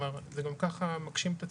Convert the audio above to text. כלומר, זה גם כך מגשים את עצמו.